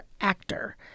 actor